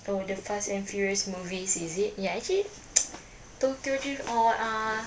oh the fast and furious movies is it ya actually tokyo drift all uh